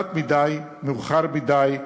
מעט מדי, מאוחר מדי.